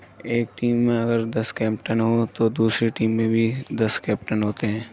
ایک ٹیم میں اگر دس کیپٹن ہوں تو دوسرے ٹیم میں بھی دس کیپٹن ہوتے ہیں